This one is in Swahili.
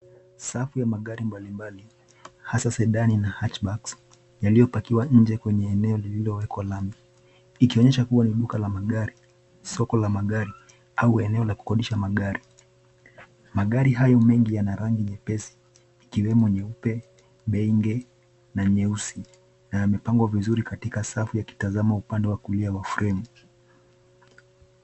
Safu ya magari mbali mbali hasa Sedan na Hatabacks yaliopakiwa nje wenye eneo lililowekwa lami ikionyeshwa kuwa ni duka la magari, soko la magari au eneo wa kukodisha magari. Magari hayo mengi yana rangi nyepesi ikiwemo nyeupe, Pinki na nyeusi na anapangwa vizuri katika safu yakitazama upande wa kulia wa fremu.